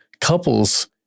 couples